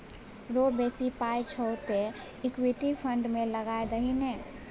रौ बेसी पाय छौ तँ इक्विटी फंड मे लगा दही ने